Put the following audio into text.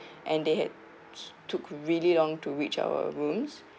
and they had took really long to reach our rooms